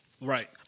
Right